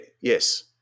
Yes